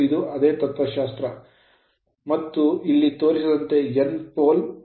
ಮತ್ತು ಇದು ಅದೇ ತತ್ವಶಾಸ್ತ್ರ ಮತ್ತು ಇದು ಇಲ್ಲಿ ತೋರಿಸಿದಂತೆ N pole ಪೋಲ್